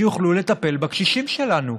שיוכלו לטפל בקשישים שלנו.